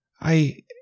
I